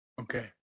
Okay